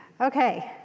Okay